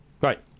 right